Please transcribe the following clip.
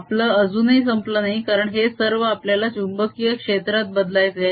आपलं अजूनही संपलं नाही कारण हे सर्व आपल्याला चुंबकीय क्षेत्रात बदलायचे आहे